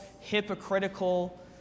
hypocritical